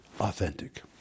Authentic